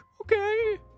Okay